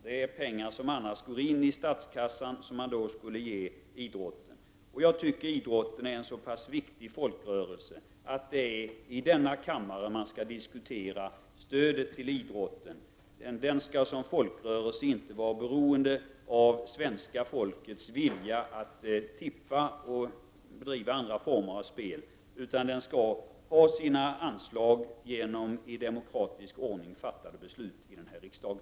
Det är pengar som annars går in i statskassan, som man skall ge idrotten. Jag tycker att idrottsrörelsen är en så pass viktig folkrörelse att det är i denna kammare som man skall diskutera stödet till idrotten. Idrotten skall som folkrörelse inte vara beroende av svenska folkets vilja att tippa och be driva andra former av spel, utan den skall ha sina anslag genom i demokratisk ordning fattade beslut i rikdagen.